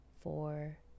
four